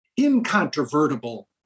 incontrovertible